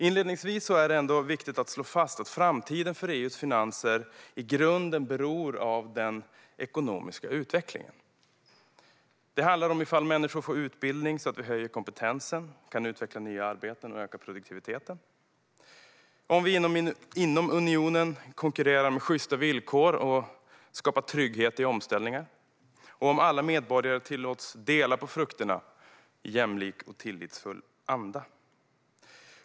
Inledningsvis är det viktigt att slå fast att framtiden för EU:s finanser i grunden beror på den ekonomiska utvecklingen. Den påverkas av om människor får utbildning, så att vi höjer kompetensen och kan utveckla nya arbeten och öka produktiviteten, av om vi inom unionen konkurrerar med sjysta villkor och skapar trygghet i omställningar samt av om alla medborgare tillåts dela på frukterna i jämlik och tillitsfull anda.